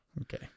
Okay